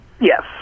Yes